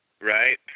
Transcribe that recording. Right